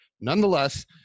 Nonetheless